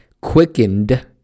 quickened